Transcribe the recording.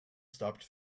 stopped